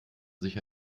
sich